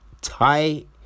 tight